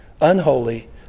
unholy